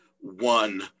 one